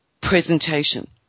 presentation